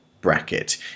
bracket